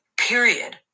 Period